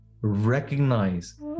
recognize